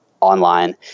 online